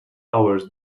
hours